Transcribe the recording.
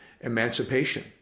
emancipation